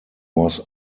was